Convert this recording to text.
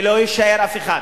ולא יישאר אף אחד.